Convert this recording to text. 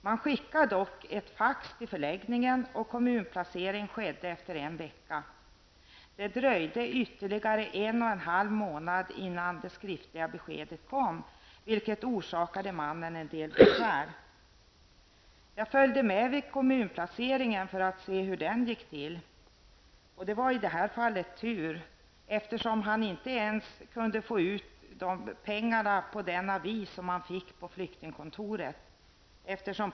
Man skickade dock ett fax till förläggningen, och kommunplacering skedde efter en vecka. Det dröjde ytterligare en och en halv månad innan det skriftliga beskedet kom, vilket orsakade mannen en del besvär. Jag följde med vid kommunplaceringen för att se hur den gick till. Det var i detta fall tur, eftersom den iranske mannen inte ens kunde få ut pengar på den avi som han hade fått på flyktingkontoret.